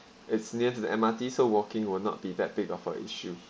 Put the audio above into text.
it's near to the M_R_T so walking will not be that bit of a issue